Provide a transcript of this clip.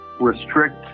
restrict